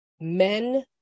men